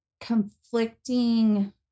conflicting